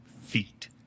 feet